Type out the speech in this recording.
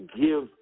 give